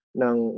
ng